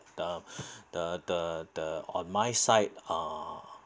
the the the the on my side uh